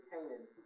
Canaan